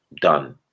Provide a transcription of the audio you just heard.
done